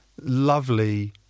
lovely